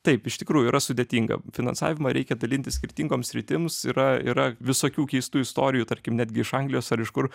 taip iš tikrųjų yra sudėtinga finansavimą reikia dalinti skirtingoms sritims yra yra visokių keistų istorijų tarkim netgi iš anglijos ar iš kur